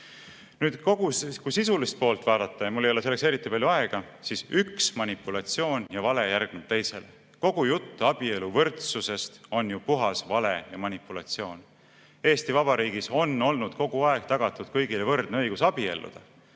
Nüüd, kui sisulist poolt vaadata – ja mul ei ole selleks eriti palju aega –, siis üks manipulatsioon ja vale järgneb teisele. Kogu jutt abieluvõrdsusest on ju puhas vale ja manipulatsioon. Eesti Vabariigis on olnud kogu aeg tagatud kõigile võrdne õigus abielluda.